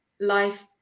life